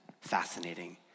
Fascinating